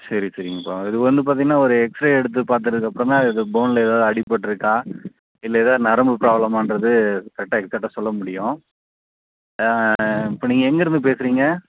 சரி சரிங்கப்பா இதுவந்து பார்த்தீங்கன்னா ஒரு எக்ஸ்ரே எடுத்து பார்த்ததுக்கப்பறந்தான் அது போனில் ஏதாவது அடிபட்டிருக்கா இல்லை ஏதாவது நரம்பு ப்ராப்ளாம்மாங்றது கரெக்டாக எக்ஸ்சாக்டாக சொல்லமுடியும் ஆ இப்போ நீங்கள் எங்கிருந்து பேசுகிறீங்க